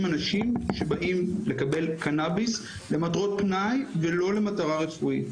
אנשים שבאים לקבל קנביס למטרות פנאי ולא למטרה רפואית,